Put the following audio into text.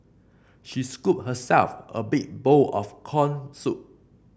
she scooped herself a big bowl of corn soup